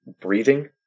breathing